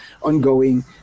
ongoing